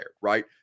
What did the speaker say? right